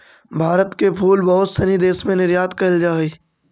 भारत के फूल बहुत सनी देश में निर्यात कैल जा हइ